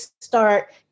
start